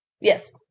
Yes